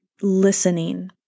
listening